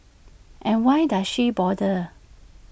and why does she bother